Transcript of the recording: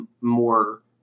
more